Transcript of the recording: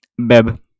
Beb